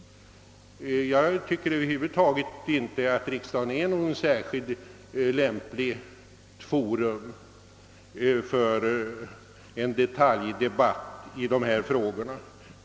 Jag tycker över huvud taget inte att riksdagen är något särskilt lämpligt forum för en detaljdebatt i dessa frågor.